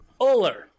Oler